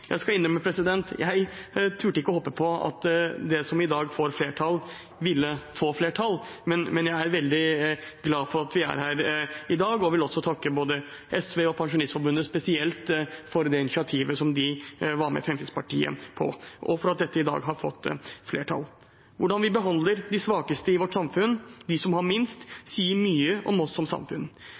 Jeg skal innrømme at jeg ikke turte å håpe på at det som i dag får flertall, ville få flertall, men jeg er veldig glad for at vi er her i dag. Jeg vil også takke både SV og Pensjonistforbundet spesielt for det initiativet som de var med Fremskrittspartiet på, og for at dette i dag har fått flertall. Hvordan vi behandler de svakeste i vårt samfunn, de som har minst, sier mye om oss som samfunn.